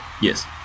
Yes